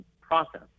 process